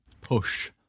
push